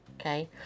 okay